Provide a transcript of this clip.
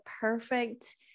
perfect